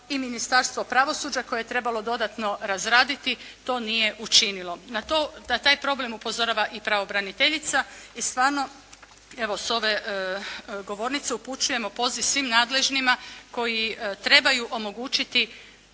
i Ministarstvo pravosuđa koje je trebalo dodatno razraditi to nije učinilo. Na taj problem upozorava i pravobraniteljica i stvarno evo s ove govornice upućujemo poziv svim nadležnima koji trebaju omogućiti